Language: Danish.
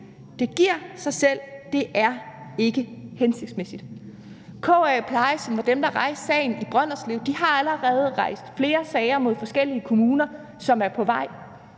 Det giver sig selv, at det ikke er hensigtsmæssigt. KA Pleje, som var dem, der rejste sagen i Brønderslev, har allerede rejst flere sager, som er på vej,